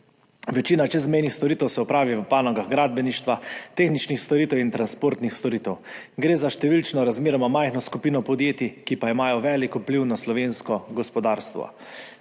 Večina čezmejnih storitev se opravi v panogah gradbeništva, tehničnih storitev in transportnih storitev. Gre za številčno razmeroma majhno skupino podjetij, ki pa imajo velik vpliv na slovensko gospodarstvo.